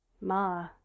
Ma